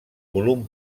volum